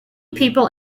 people